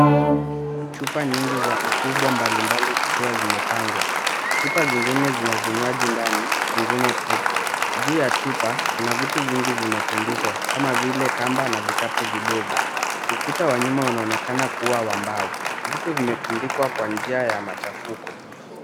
Chupa nyingi za ukubwa mbalimbali zikiwa zimepangwa, chupa zingine zina vinywaji ndani zingine tupu. Juu ya chupa kuna vitu vingi vimetundikwa kama vile kamba na vikapu vidogo, ukuta wa nyuma unaonekana kuwa wa mbao, vitu vimetundikwa kwa njia ya machafuko.